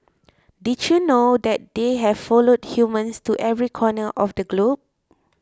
did you know that they have followed humans to every corner of the globe